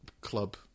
club